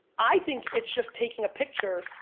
i think it's just taking a picture.